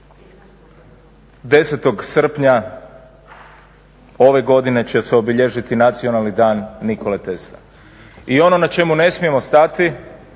10. srpnja ove godine će se obilježiti Nacionalni dan Nikole Tesla. I ono na čemu ne smijemo stati